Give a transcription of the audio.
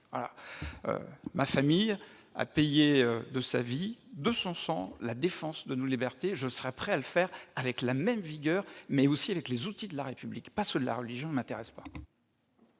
ma famille ont payé de leur vie, de leur sang, la défense de nos libertés. Je serais prêt à les défendre avec la même vigueur, mais aussi avec les outils de la République. Ceux de la religion ne m'intéressent pas